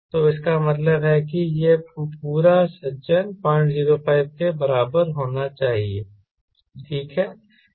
तो इसका मतलब है कि यह पूरा सज्जन 005 के बराबर होना चाहिए ठीक है